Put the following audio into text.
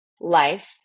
life